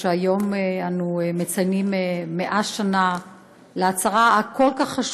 והיום אנו מציינים 100 שנה להצהרה החשובה כל כך.